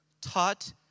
taught